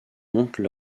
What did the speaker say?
montent